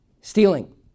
stealing